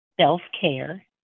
self-care